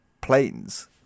planes